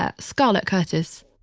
ah scarlett curtis,